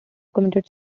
committed